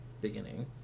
beginning